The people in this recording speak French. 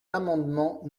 l’amendement